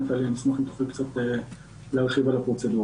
נטלי, אני אשמח אם תוכלי להרחיב על הפרוצדורה.